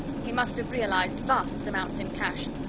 he must have realized vast amounts in cash!